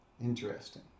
Interesting